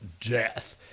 death